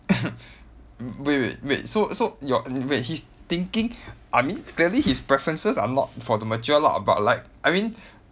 wait wait wait so so your wait his thinking I mean clearly his preferences are not for the mature lah but like I mean